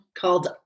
called